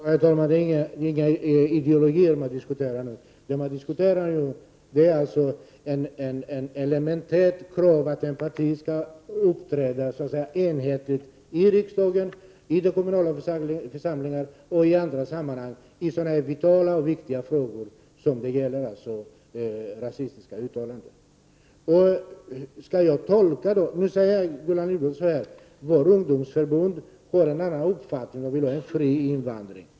Herr talman! Det är inte en ideologisk fråga vi nu diskuterar, utan vad vi diskuterar är den elementära frågan huruvida ett parti bör uppträda enhetligt i riksdagen, i kommunala församlingar och i andra sammanhang i en så vital och viktig sak som rasistiska uttalanden är. Gullan Lindblad anför som ett exempel på hur ett demokratiskt parti fungerar att moderata samlingspartiets ungdomsförbund har en annan uppfattning och vill ha en fri invandring.